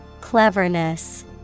Cleverness